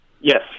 Yes